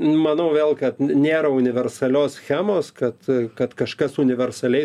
manau vėl kad nėra universalios schemos kad kad kažkas universaliai